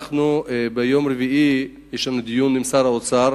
ביום רביעי יש לנו דיון עם שר האוצר.